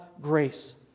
grace